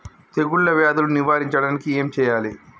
తెగుళ్ళ వ్యాధులు నివారించడానికి ఏం చేయాలి?